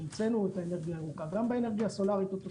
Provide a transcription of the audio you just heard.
שהמצאנו את האנרגיה הירוקה גם באנרגיה הסולרית אותו סיפור,